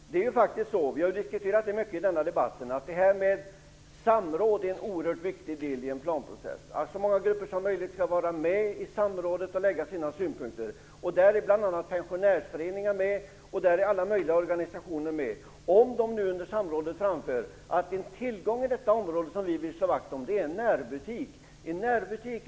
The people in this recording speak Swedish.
Samråd är en oerhört viktig del i en planprocess. Det har påpekats flera gånger i debatten. Så många grupper som möjligt skall vara med i samrådet och få lägga fram sina synpunkter. Pensionärsföreningar är med, och alla möjliga andra organisationer är med. En närbutik är en oerhört stor tillgång i väldigt många bostadsområden, och dessa grupper kan under samrådet föra fram att man vill slå vakt om är sin närbutik.